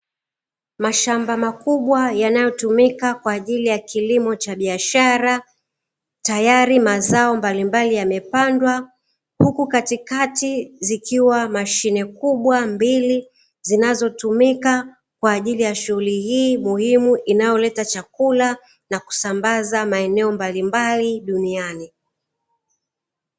Mashamba makubwa yanayo tumika kwajili ya kilimo cha biashara tayari mazao mbalimbali yamepandwa, huku katikati zikiwa mashine kubwa mbili. Zinazo tumika kwajili ya shughulu hii muhimu inayo leta chakula na kusambaza maeneo mbalimbali duniani.